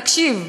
תקשיב,